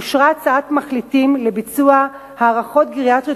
אושרה הצעת מחליטים לביצוע הערכות גריאטריות